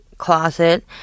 closet